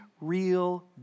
real